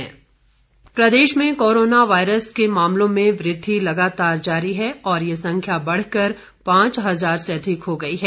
corona update प्रदेश में coronavirus के मामलों में वृद्धि लगातार जारी है और ये संख्या बढ़कर पांच हजार से अधिक हो गई है